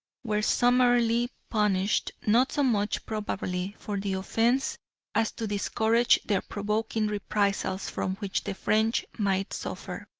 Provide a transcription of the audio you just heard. were summarily punished, not so much probably for the offence as to discourage their provoking reprisals from which the french might suffer.